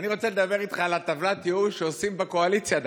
אני רוצה לדבר איתך על טבלת הייאוש שעושים בקואליציה דווקא.